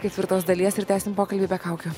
ketvirtos dalies ir tęsim pokalbį be kaukių